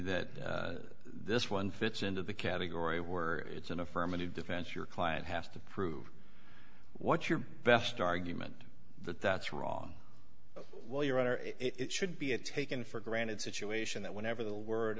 that this one fits into the category were it's an affirmative defense your client has to prove what's your best argument that that's wrong well your honor it should be a taken for granted situation that whenever the word